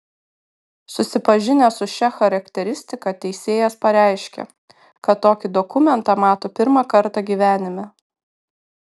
susipažinęs su šia charakteristika teisėjas pareiškė kad tokį dokumentą mato pirmą kartą gyvenime